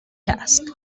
task